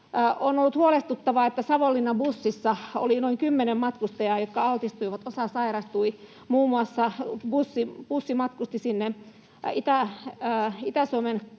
On ollut huolestuttavaa, että Savonlinnan-bussissa oli noin 10 matkustajaa, jotka altistuivat, osa sairastui. Bussi matkusti muun muassa